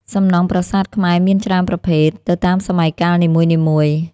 សំណង់ប្រាសាទខ្មែរមានច្រើនប្រភេទ ទៅតាមសម័យកាលនីមួយៗ។